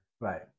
Right